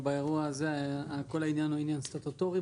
באירוע הזה כל העניין הוא עניין סטטוטורי,